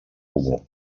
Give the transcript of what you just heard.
comú